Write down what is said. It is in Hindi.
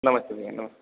नमस्ते भैया नमस्ते